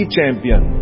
champion